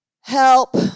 help